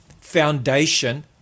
foundation